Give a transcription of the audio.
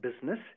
business